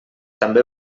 també